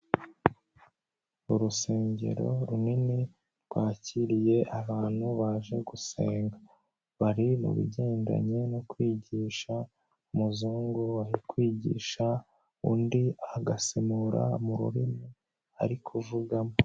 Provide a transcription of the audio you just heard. Urusengero runini rwakiriye abantu baje gusenga, bari mu bigendanye no kwigisha, umuzungu arikwigisha undi agasemura mu rurimi ari kuvugamo.